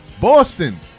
Boston